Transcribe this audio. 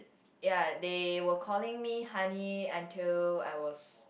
ya they were calling me honey until I was